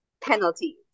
penalties